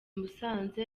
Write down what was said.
musanze